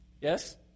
Yes